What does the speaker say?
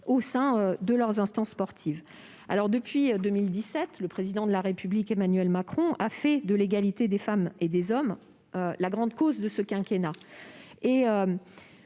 au sein de leurs instances sportives. Depuis 2017, le Président de la République a fait de l'égalité femmes-hommes la grande cause de son quinquennat.